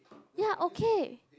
ya okay